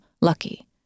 lucky